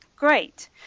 Great